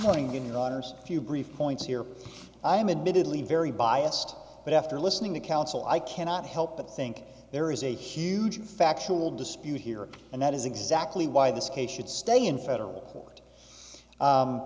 a few brief points here i am admittedly very biased but after listening to counsel i cannot help but think there is a huge factual dispute here and that is exactly why this case should stay in federal court